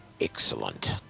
Excellent